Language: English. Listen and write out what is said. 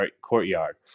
courtyard